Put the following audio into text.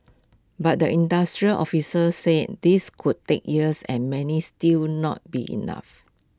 but the industry officer say this could take years and many still not be enough